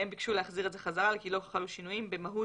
הם ביקשו להחזיר את זה בחזרה ולומר "כי לא חלו שינויים במהות